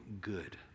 good